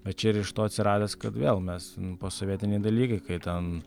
bet čia ir iš to atsiradęs kad vėl mes posovietiniai dalykai kai ten